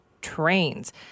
trains